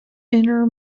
inner